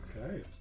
Okay